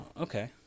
okay